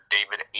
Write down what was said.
David